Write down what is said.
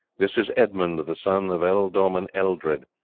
this is edmund, the son of ealdorman eldred,